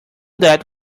that